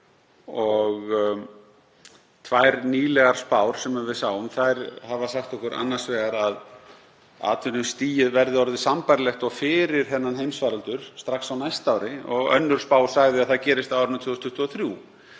Tvær nýlegar spár sem við sáum hafa sagt okkur annars vegar að atvinnustigið verði orðið sambærilegt og fyrir þennan heimsfaraldur strax á næsta ári og önnur spá að það gerist á árinu 2023.